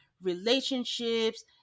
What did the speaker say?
relationships